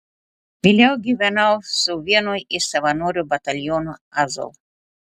vėliau gyvenau su vienu iš savanorių batalionų azov